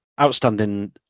outstanding